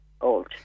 old